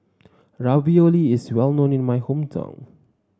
ravioli is well known in my hometown